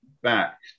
back